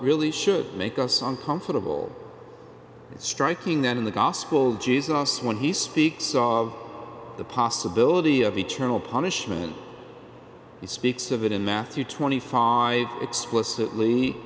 really should make us uncomfortable it's striking that in the gospel jesus when he speaks of the possibility of eternal punishment he speaks of it in matthew twenty five explicitly